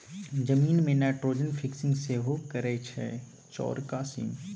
जमीन मे nitrogen fixing सेहो करय छै चौरका सीम